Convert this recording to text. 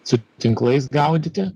su tinklais gaudyti